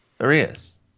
Arias